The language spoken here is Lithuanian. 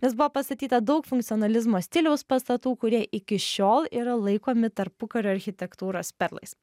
nes buvo pastatyta daug funkcionalizmo stiliaus pastatų kurie iki šiol yra laikomi tarpukario architektūros perlais